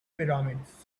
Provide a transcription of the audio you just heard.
pyramids